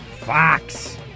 Fox